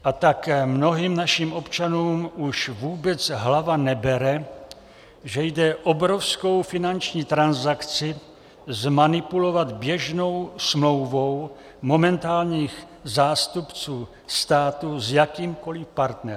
A tak mnohým našim občanům už vůbec hlava nebere, že jde obrovskou finanční transakci zmanipulovat běžnou smlouvou momentálních zástupců státu s jakýmkoli partnerem.